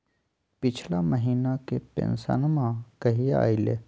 पिछला महीना के पेंसनमा कहिया आइले?